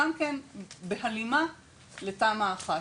גם כן בהלימה לתמ"א1.